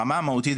ברמה המהותית,